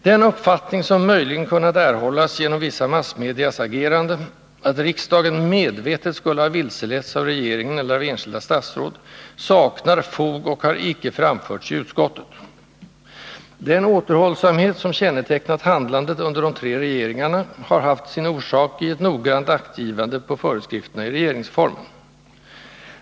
Den uppfattning, som möjligen kunnat erhållas genom vissa massmedias agerande, att riksdagen medvetet skulle ha vilseletts av regeringen eller av enskilda statsråd, saknar fog och har icke framförts i utskottet. Den återhållsamhet som kännetecknat handlandet under de tre regeringarna har haft sin orsak i ett noggrant aktgivande på föreskrifterna i regeringsformen.